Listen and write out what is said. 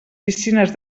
piscines